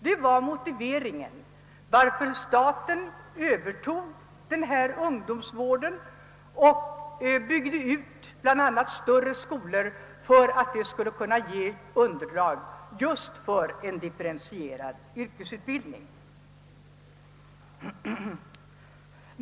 Detta var motiveringen till att staten övertog ungdomsvården och bl.a. byggde ut större skolor för att dessa skulle kunna bilda underlag just för en differentierad yrkesutbildning.